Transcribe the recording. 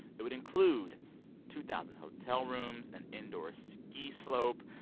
it would include two thousand hotel rooms, an indoor ski slope,